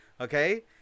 okay